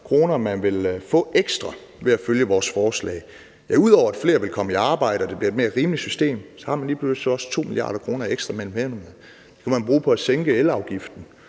kr., man vil få ekstra ved at følge vores forslag, gør, ud over at flere vil komme i arbejde, og at det bliver et mere rimeligt system, at man så lige pludselig også har 2 mia. kr. ekstra mellem hænderne. Og dem kunne man bruge på at sænke elafgiften,